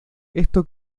esto